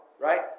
right